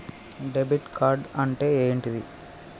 Debit card అంటే ఏంటిది?